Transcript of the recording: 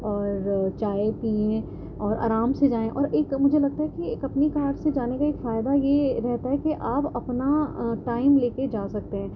اور چائے پئیں اور آرام سے جائیں اور ایک مجھے لگتا ہے کہ ایک اپنی کار سے جانے کا ایک فائدہ یہ رہتا ہے کہ آپ اپنا ٹائم لے کے جا سکتے ہیں